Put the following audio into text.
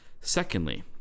secondly